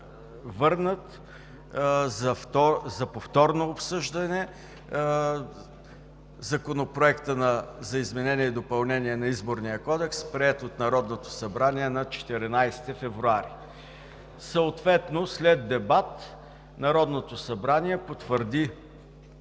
върнат за повторно обсъждане Законопроектът за изменение и допълнение на Изборния кодекс, приет от Народното събрание на 14 февруари. Съответно след дебат Народното събрание потвърди